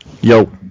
Yo